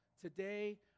Today